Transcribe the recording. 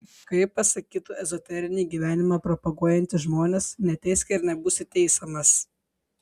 kaip pasakytų ezoterinį gyvenimą propaguojantys žmonės neteisk ir nebūsi teisiamas